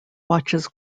watches